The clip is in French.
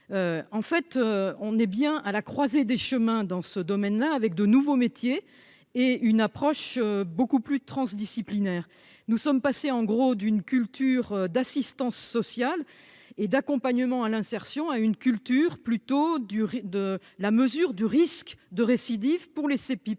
en fait, on est bien à la croisée des chemins, dans ce domaine-là, avec de nouveaux métiers et une approche beaucoup plus d'transdisciplinaire, nous sommes passés en gros d'une culture d'assistance sociale et d'accompagnement à l'insertion, à une culture plutôt du de la mesure du risque de récidive pour laisser